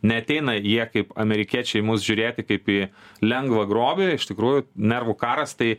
neateina jie kaip amerikiečiai į mus žiūrėti kaip į lengvą grobį iš tikrųjų nervų karas tai